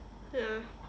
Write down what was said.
ya